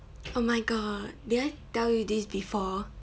oh my god did I tell you this before